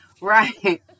Right